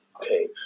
okay